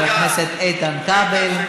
חבר הכנסת איתן כבל.